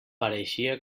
pareixia